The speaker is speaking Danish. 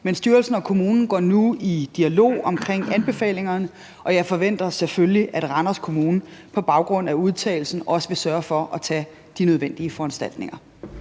men styrelsen og kommunen går nu i dialog om anbefalingerne, og jeg forventer selvfølgelig, at Randers Kommune på baggrund af udtalelsen også vil sørge for at tage de nødvendige foranstaltninger.